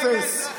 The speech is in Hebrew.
אפס,